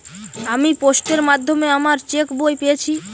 আমি পোস্টের মাধ্যমে আমার চেক বই পেয়েছি